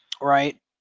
right